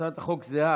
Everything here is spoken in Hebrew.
הצעת חוק זהה,